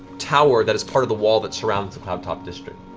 tower that is part of the wall that surrounds the cloudtop district,